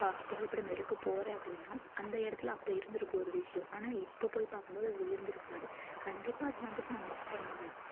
புகைப்படம் எடுக்க போகிறன் அப்படின்னா அந்த இடத்துல அப்போ இருந்திருக்கும் ஒரு விஷயோம் ஆனால் இப்போ போய் பார்க்கும்போது அது இருந்திருக்காது கண்டிப்பாக அது வந்துட்டு நான் மிஸ் பண்ணுவேன்